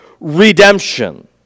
redemption